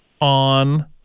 on